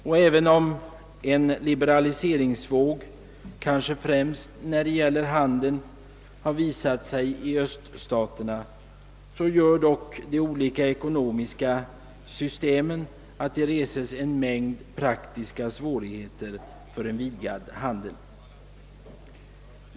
Och även om en liberaliseringsvåg, kanske främst när det gäller handeln, har visat sig i öststaterna, medför dock de olika ekonomiska systemen en mängd praktiska svårigheter för en vidgad handel.